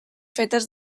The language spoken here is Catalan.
fetes